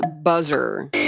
buzzer